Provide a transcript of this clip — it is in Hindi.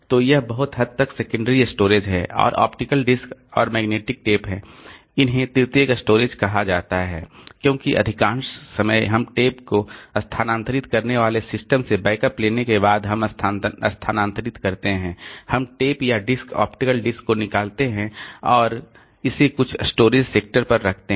तो यह बहुत हद तक सेकेंडरी स्टोरेज है और ऑप्टिकल डिस्क और मैग्नेटिक टेप है इन्हें तृतीयक स्टोरेज कहा जाता है क्योंकि अधिकांश समय हम टेप को स्थानांतरित करने वाले सिस्टम से बैकअप लेने के बाद हम स्थानांतरित करते हैं हम टेप या डिस्क ऑप्टिकल डिस्क को निकालते हैं और इसे कुछ स्टोरेज सेक्टर पर रखते हैं